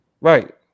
right